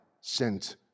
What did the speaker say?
sent